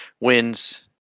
wins